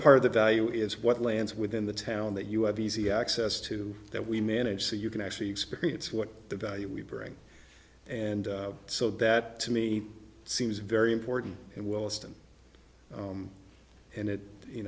part of the value is what lands within the town that you have easy access to that we manage so you can actually experience what the value we bring and so that to me seems very important in willesden and it you